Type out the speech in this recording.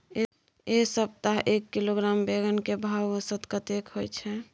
ऐ सप्ताह एक किलोग्राम बैंगन के भाव औसत कतेक होय छै?